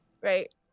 Right